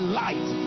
light